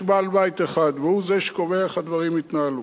יש בעל בית אחד והוא זה שקובע איך הדברים יתנהלו.